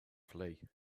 flee